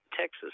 Texas